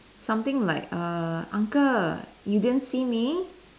something like err uncle you didn't see me